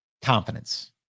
Confidence